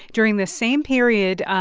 during the same period,